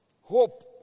Hope